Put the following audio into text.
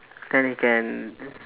then he can